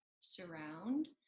surround